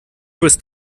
bist